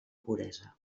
puresa